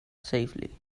safely